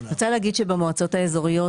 אני רוצה להגיד שבמועצות האזוריות